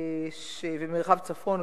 וכך גם במרחב צפון.